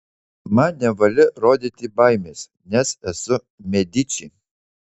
man nevalia rodyti baimės nes esu mediči